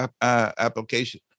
application